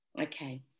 Okay